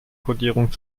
kodierung